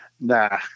Nah